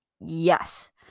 Yes